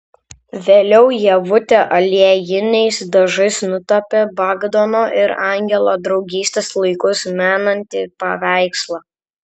vėliau ievutė aliejiniais dažais nutapė bagdono ir angelo draugystės laikus menantį paveikslą